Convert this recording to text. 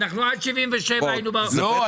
עד 77' היינו --- לא,